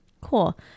Cool